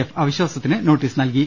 F അവിശ്വാസത്തിനുള്ള notice നൽകി